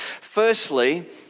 Firstly